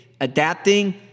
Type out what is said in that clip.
adapting